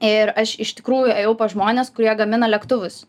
ir aš iš tikrųjų ėjau pas žmones kurie gamina lėktuvus